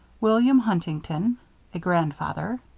william huntington a grandfather.